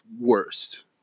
worst